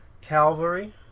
Calvary